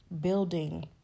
building